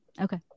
Okay